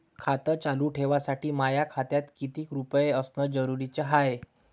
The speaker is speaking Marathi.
खातं चालू ठेवासाठी माया खात्यात कितीक रुपये असनं जरुरीच हाय?